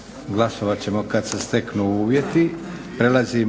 Glasovat ćemo kad se steknu uvjeti.